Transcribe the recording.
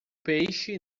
peixe